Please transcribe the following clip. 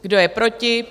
Kdo je proti?